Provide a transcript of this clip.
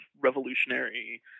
revolutionary